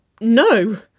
No